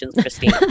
Christine